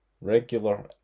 Regular